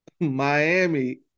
Miami